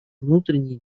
внутренние